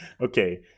Okay